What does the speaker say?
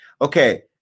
Okay